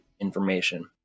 information